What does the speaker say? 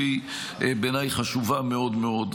והיא בעיניי חשובה מאוד מאוד.